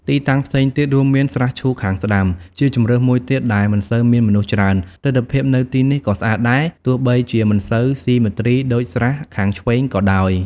ទីតាំងផ្សេងទៀតរួមមាន ស្រះឈូកខាងស្តាំ: ជាជម្រើសមួយទៀតដែលមិនសូវមានមនុស្សច្រើន។ ទិដ្ឋភាពនៅទីនេះក៏ស្អាតដែរ ទោះបីជាមិនសូវស៊ីមេទ្រីដូចស្រះខាងឆ្វេងក៏ដោយ។